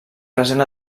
present